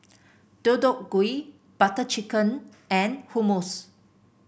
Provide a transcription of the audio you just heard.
Deodeok Gui Butter Chicken and Hummus